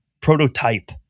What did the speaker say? prototype